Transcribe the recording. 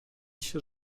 się